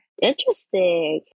Interesting